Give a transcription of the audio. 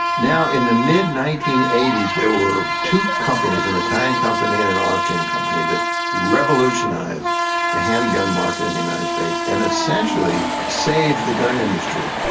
now, in the mid nineteen eighty s there were two companies, an italian company and an austrian company, that revolutionised the handgun market in the united states and essentially saved the gun industry.